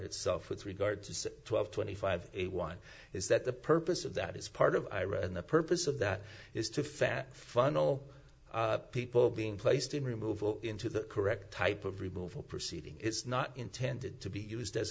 itself with regard to say twelve twenty five one is that the purpose of that is part of iraq and the purpose of that is to fat funnel people being placed in removal into the correct type of removal proceeding it's not intended to be used as